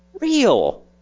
real